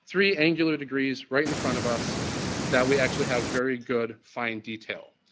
three angular degrees right in front of us that we actually have very good fine detail.